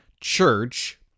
church